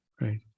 Right